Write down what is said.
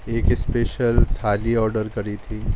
ایک special thali order کری تھی